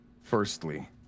firstly